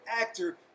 actor